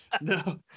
No